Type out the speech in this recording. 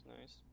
nice